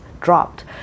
dropped